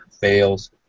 fails